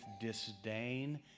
disdain